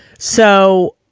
so,